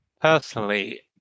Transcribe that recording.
Personally